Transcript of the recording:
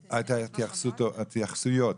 התייחסויות,